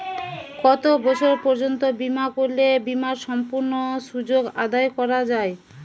কত বছর পর্যন্ত বিমা করলে বিমার সম্পূর্ণ সুযোগ আদায় করা য়ায়?